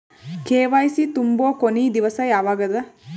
KYC ತುಂಬೊ ಕೊನಿ ದಿವಸ ಯಾವಗದ?